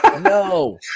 no